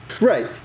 Right